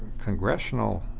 congressional